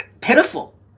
pitiful